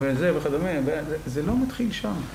וזה וכדומה, וזה לא מתחיל שם.